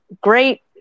great